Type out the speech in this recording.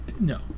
No